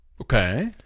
Okay